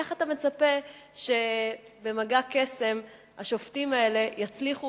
איך אתה מצפה שבמגע קסם השופטים האלה יצליחו